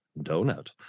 donut